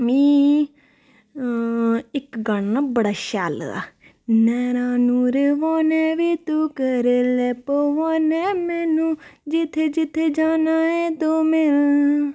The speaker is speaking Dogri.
मी इक गाना ना बड़ा शैल लगदा नैना नूर बी तूं कर लै मैनू जित्थै जित्थै जाना ऐ तूं मिल